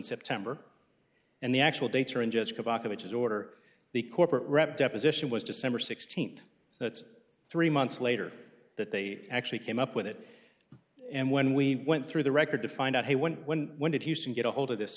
september and the actual dates are in judge kovacevich is order the corporate rep deposition was december sixteenth so that's three months later that they actually came up with it and when we went through the record to find out when when when did houston get ahold of this